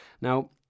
Now